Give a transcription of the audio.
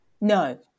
No